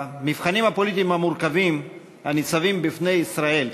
הפוליטיים המורכבים הניצבים בפני ישראל.